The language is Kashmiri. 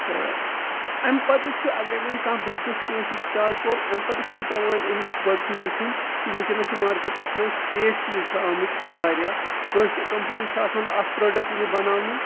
تہٕ امہِ پَتہٕ چھُ اَگَرے وۄنۍ کانٛہہ بِزنِس کٲنٛسہِ سٹاٹ کوٚر امہِ پَتہٕ چھُ پیٚوان أمِس گۄڈنٮ۪تھٕے وٕچھُن کہِ ؤنکیٚنَس چھُ مارکٹَس مَنٛز فیک چیٖز چھِ آمٕتۍ واریاہ کٲنٛسہِ کَمپنی چھُ آسان اکھ پروڈکٹ وِنہٕ بَناونٕے